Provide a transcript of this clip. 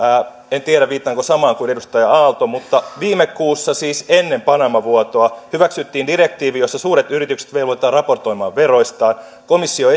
en tiedä viittaanko samaan kuin edustaja aalto mutta viime kuussa siis ennen panama vuotoa hyväksyttiin direktiivi jossa suuret yritykset velvoitetaan raportoimaan veroistaan komissio